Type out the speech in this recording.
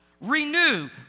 renew